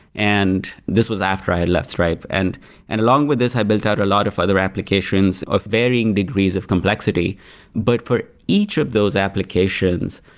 and this was after i had left stripe. and and along with this, i built out a lot of other applications of varying degrees of complexity but for each of those applications,